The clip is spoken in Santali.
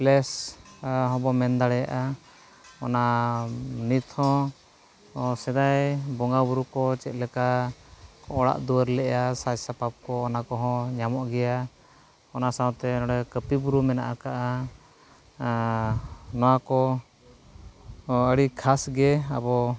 ᱯᱞᱮᱥ ᱦᱚᱸᱵᱚᱱ ᱢᱮᱱ ᱫᱟᱲᱮᱭᱟᱜᱼᱟ ᱚᱱᱟ ᱱᱤᱛᱦᱚᱸ ᱥᱮᱫᱟᱭ ᱵᱚᱸᱜᱟᱼᱵᱩᱨᱩ ᱠᱚ ᱪᱮᱫᱞᱮᱠᱟ ᱠᱚ ᱚᱲᱟᱜ ᱫᱩᱣᱟᱹᱨ ᱞᱮᱜᱼᱟ ᱥᱟᱡ ᱥᱟᱯᱟᱯ ᱠᱚ ᱚᱱᱟ ᱠᱚᱦᱚᱸ ᱧᱟᱢᱚᱜ ᱜᱮᱭᱟ ᱚᱱᱟ ᱥᱟᱶᱛᱮ ᱱᱚᱸᱰᱮ ᱠᱟᱹᱯᱤ ᱵᱩᱨᱩ ᱢᱮᱱᱟᱜ ᱟᱠᱟᱫᱟ ᱟᱨ ᱱᱚᱣᱟ ᱠᱚ ᱦᱚᱸ ᱟᱹᱰᱤ ᱠᱷᱟᱥᱜᱮ ᱟᱵᱚ